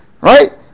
Right